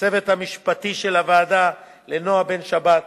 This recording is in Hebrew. לצוות המשפטי של הוועדה, לנועה בן-שבת,